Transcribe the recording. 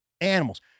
animals